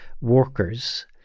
workers